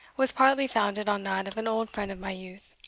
was partly founded on that of an old friend of my youth,